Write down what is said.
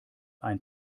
ein